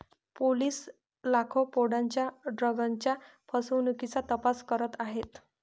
police लाखो पौंडांच्या ड्रग्जच्या फसवणुकीचा तपास करत आहेत